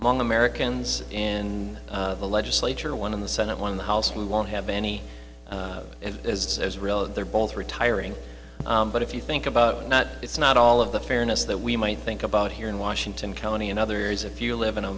among americans in the legislature one in the senate one in the house we won't have any in israel and they're both retiring but if you think about not it's not all of the fairness that we might think about here in washington county and others if you live in a